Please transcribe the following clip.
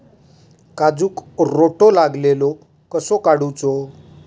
काजूक रोटो लागलेलो कसो काडूचो?